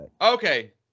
okay